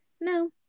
no